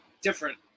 different